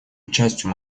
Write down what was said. участию